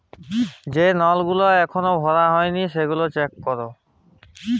যে লল গুলা এখল ভরা হ্যয় লি সেগলা চ্যাক করা